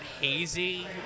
hazy